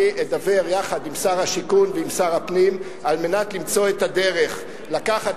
אני אדבר עם שר השיכון ועם שר הפנים כדי למצוא את הדרך לקחת